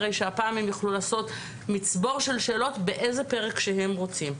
הרי שהפעם הם יוכלו לעשות מצבור של שאלות באיזה פרק שהם רוצים.